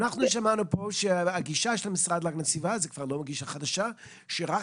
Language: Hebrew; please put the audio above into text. תחבורה זה בעצם